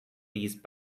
these